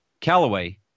Callaway